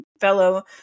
fellow